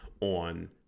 On